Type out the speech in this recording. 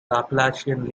appalachian